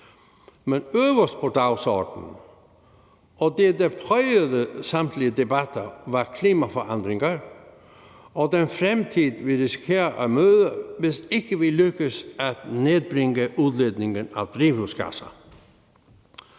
Men øverst på dagsordenen, det, der prægede samtlige debatter, stod klimaforandringerne og den fremtid, vi risikerer at møde, hvis vi ikke lykkes med at nedbringe udledningen af drivhusgasser.